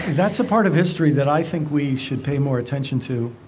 that's a part of history that i think we should pay more attention to.